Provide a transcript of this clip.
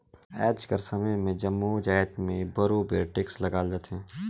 आएज कर समे में जम्मो जाएत में बरोबेर टेक्स लगाल जाथे